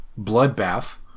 bloodbath